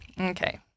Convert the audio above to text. okay